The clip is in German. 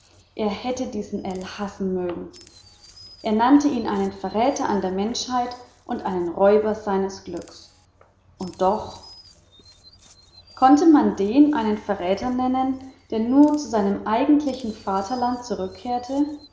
er hätte diesen ell hassen mögen er nannte ihn einen verräter an der menschheit und einen räuber seines glücks und doch konnte man den einen verräter nennen der nur zu seinem eigentlichen vaterland zurückkehrte